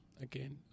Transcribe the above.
Again